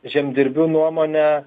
žemdirbių nuomone